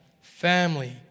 family